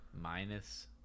Minus